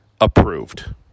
approved